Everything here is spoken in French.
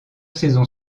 saisons